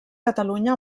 catalunya